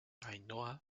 ainhoa